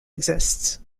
exists